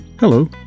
Hello